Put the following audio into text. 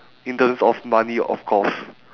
in terms of money of course